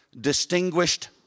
distinguished